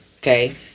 Okay